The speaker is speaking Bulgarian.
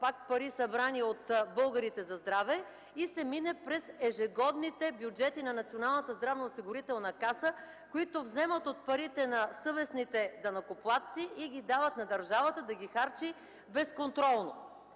пак пари, събрани от българите за здраве, и се мине през ежегодните бюджети на Националната здравноосигурителна каса, които вземат от парите на съвестните данъкоплатци и ги дават на държавата да ги харчи безконтролно.